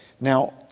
Now